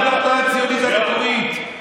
אנחנו התנועה הציונית המקורית.